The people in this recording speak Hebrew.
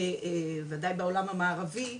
בוודאי בעולם המערבי,